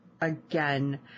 again